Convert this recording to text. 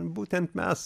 būtent mes